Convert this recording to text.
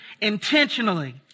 intentionally